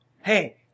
Hey